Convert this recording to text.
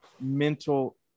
mental